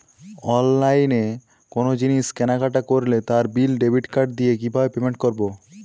অনলাইনে কোনো জিনিস কেনাকাটা করলে তার বিল ডেবিট কার্ড দিয়ে কিভাবে পেমেন্ট করবো?